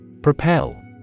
Propel